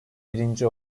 birinci